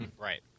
Right